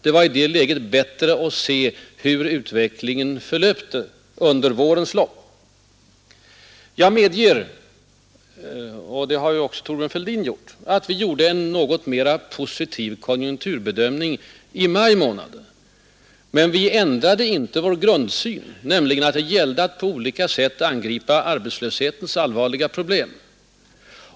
Det var i det läget bättre att se hur utvecklingen förlöpte under våren. Jag medger — och det har ju också Thorbjörn Fälldin gjort — att vi hade en något mera positiv konjunkturbedömning i maj månad. Men vi ändrade inte vår grundsyn, att det gällde att på olika sätt angripa arbetslöshetens allvarliga problem.